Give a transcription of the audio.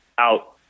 Out